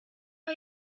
how